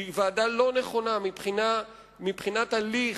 זאת ועדה לא נכונה מבחינת ההליך,